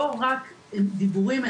לא רק דיבורים,